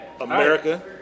America